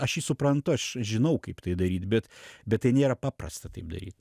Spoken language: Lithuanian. aš jį suprantu aš žinau kaip tai daryt bet bet tai nėra paprasta taip daryt